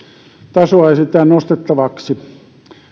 tasoa esitetään nostettavaksi